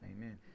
Amen